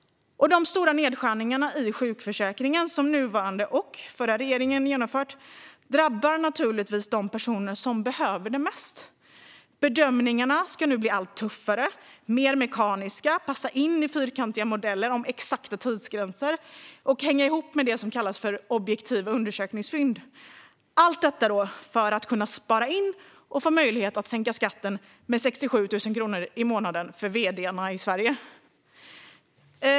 De stora nedskärningarna i sjukförsäkringen, som den nuvarande och förra regeringen har genomfört, drabbar naturligtvis de personer som behöver det mest. Bedömningarna ska bli allt tuffare, mer mekaniska, passa in i fyrkantiga modeller om exakta tidsgränser och hänga ihop med det som kallas objektiva undersökningsfynd. Allt detta ska göras för att kunna spara in och få möjlighet att sänka skatten med 67 000 kronor i månaden för vd:arna i Sverige.